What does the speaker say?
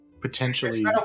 potentially